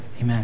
amen